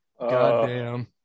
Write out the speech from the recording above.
Goddamn